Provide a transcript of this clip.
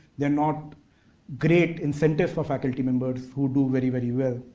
they're not great incentives for faculty members who do very very well,